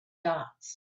dots